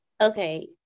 Okay